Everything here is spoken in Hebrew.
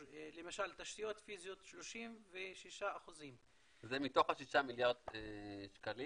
למשל תשתיות פיזיות 36%. זה מתוך השישה מיליארד שקלים.